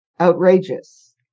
Outrageous